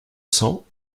cents